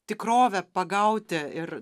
tikrovę pagauti ir